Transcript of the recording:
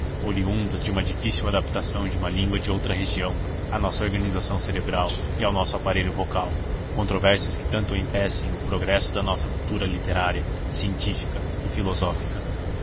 oriundas de uma difícil adaptação de uma língua de outra região à nossa organização cerebral e ao nosso aparelho vocal controvérsias que tanto empecem o progresso da nossa cultura científica e filosófica